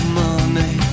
money